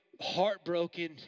heartbroken